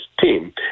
team